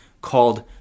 called